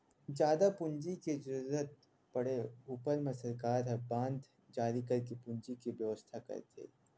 जादा पूंजी के जरुरत पड़े ऊपर म सरकार ह बांड जारी करके पूंजी के बेवस्था करथे